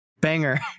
banger